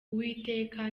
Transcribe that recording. uwiteka